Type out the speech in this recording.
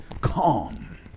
calm